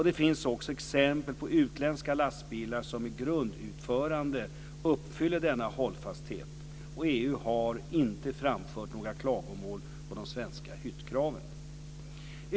Det finns också exempel på utländska lastbilar som i grundutförande uppfyller denna hållfasthet. EU har inte framfört några klagomål på de svenska hyttkraven.